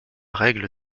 règle